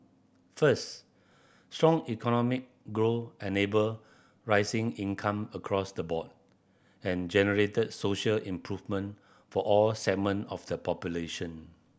first strong economic growth enabled rising income across the board and generated social improvement for all segment of the population